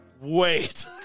Wait